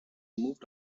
moved